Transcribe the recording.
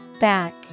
Back